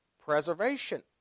preservation